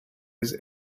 his